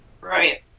Right